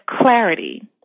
clarity